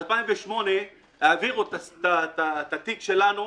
ב-2008 העבירו את התיק שלנו